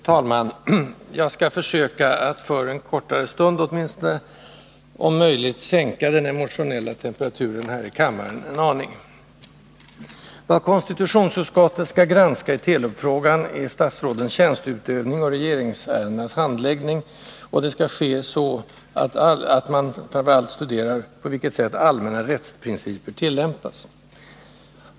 Fru talman! Jag skall försöka, åtminstone för en kortare stund, att om möjligt sänka den emotionella temperaturen här i kammaren en aning. Vad konstitutionsutskottet skall granska i Telub-frågan är statsrådens tjänsteutövning och regeringsärendenas handläggning, och det skall ske så att man framför allt studerar på vilket sätt allmänna rättsprinciper tillämpas.